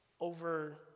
over